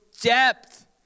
depth